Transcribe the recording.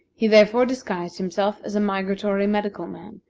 he therefore disguised himself as a migratory medical man,